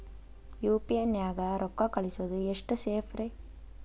UPI ನ್ಯಾಗ ರೊಕ್ಕ ಕಳಿಸೋದು ಎಷ್ಟ ಸೇಫ್ ರೇ?